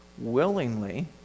willingly